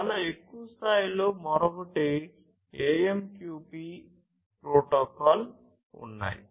చాలా ఎక్కువ స్థాయిలో మరొకటి AMQP ప్రోటోకాల్ ఉన్నాయి